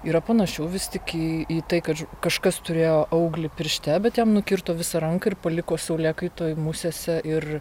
yra panašiau vis tik į į tai kad kažkas turėjo auglį piršte bet jam nukirto visą ranką ir paliko saulėkaitoj musėse ir